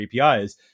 APIs